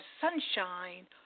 sunshine